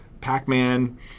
Pac-Man